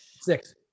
Six